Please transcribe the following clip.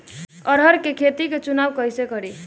अरहर के खेत के चुनाव कईसे करी?